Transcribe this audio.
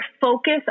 focus